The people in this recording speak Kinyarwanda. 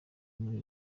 muri